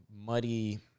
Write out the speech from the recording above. muddy –